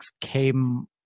came